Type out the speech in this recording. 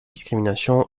discrimination